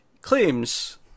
claims